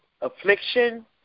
affliction